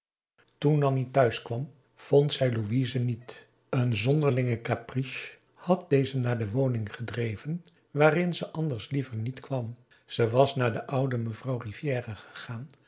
toen nanni thuis kwam vond zij louise niet een zonderlinge caprice had deze naar de woning gedreven waarin ze anders liever niet kwam ze was naar de oude mevrouw rivière gegaan